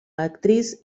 actriz